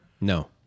No